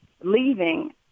leaving